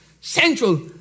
Central